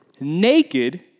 naked